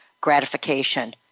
gratification